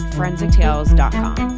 ForensicTales.com